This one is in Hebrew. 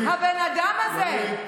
הבן אדם הזה,